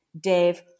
Dave